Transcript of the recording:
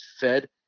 fed